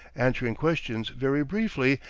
answering questions very briefly,